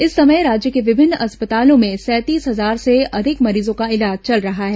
इस समय राज्य के विभिन्न अस्पतालों में सैंतीस हजार से अधिक मरीजों का इलाज चल रहा है